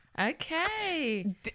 Okay